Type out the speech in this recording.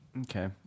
Okay